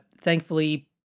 thankfully